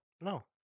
No